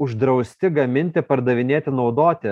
uždrausti gaminti pardavinėti naudoti